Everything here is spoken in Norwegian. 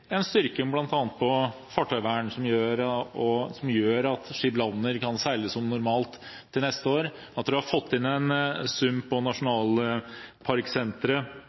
en styrking bl.a. av fartøyvernet, som gjør at Skibladner kan seile som normalt til neste år. Vi har fått inn en sum